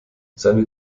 seine